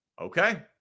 Okay